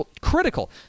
critical